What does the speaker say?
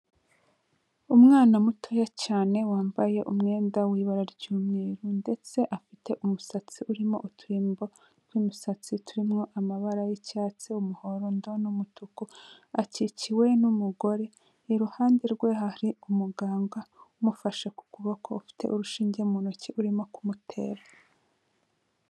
Umwana mutoya cyane wambaye umwenda w'ibara ry'umweru ndetse afite umusatsi urimo uturimbo tw'imisatsi turimo amabara y'icyatsi umuhondo n'umutuku akikiwe n'umugore iruhande rwe hari umuganga umufashe ku kuboko ufite urushinge mu ntoki urimo kumutera.